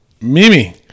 Mimi